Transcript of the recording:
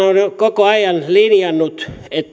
koko ajan linjannut